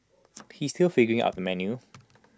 he is still figuring out the menu